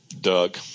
Doug